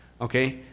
okay